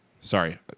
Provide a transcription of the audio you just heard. Sorry